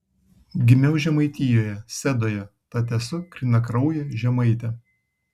gimiau žemaitijoje sedoje tad esu grynakraujė žemaitė